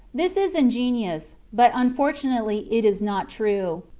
this is ingenious, but unfortunately it is not true.